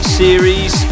series